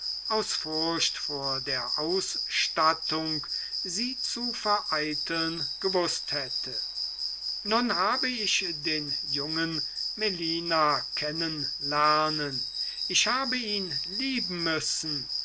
aus furcht vor der ausstattung sie zu vereiteln gewußt hätte nun habe ich den jungen melina kennen lernen ich habe ihn lieben müssen